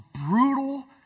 brutal